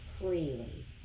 freely